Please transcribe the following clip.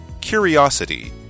Curiosity